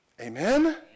Amen